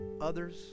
others